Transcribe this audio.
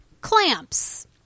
Clamps